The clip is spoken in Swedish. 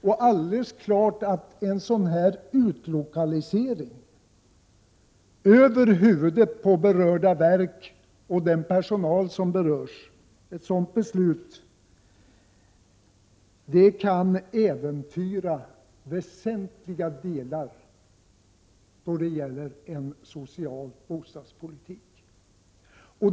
Det är alldeles klart att ett beslut om en utlokalisering som sker över huvudet på berörda verk och berörd personal kan äventyra viktiga delar av en social bostadspolitik.